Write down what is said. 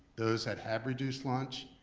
those that have reduced lunch,